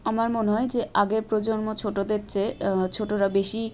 আমার মনে হয় যে আগের প্রজন্ম ছোটোদের চেয়ে ছোটোরা বেশি